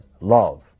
love